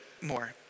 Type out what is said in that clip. more